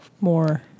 more